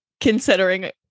considering